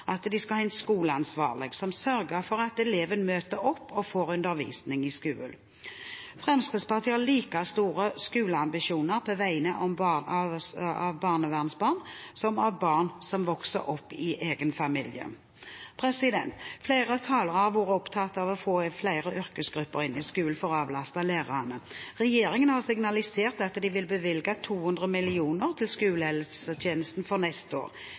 at de fra nå i høst skal ha en skoleansvarlig som sørger for at eleven møter opp og får undervisning i skolen. Fremskrittspartiet har like store skoleambisjoner på vegne av barnevernsbarn som av barn som vokser opp i egen familie. Flere talere har vært opptatt av å få flere yrkesgrupper inn i skolen for å avlaste lærerne. Regjeringen har signalisert at de vil bevilge 200 mill. kr til skolehelsetjenesten for neste år.